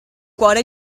cuore